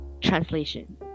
translation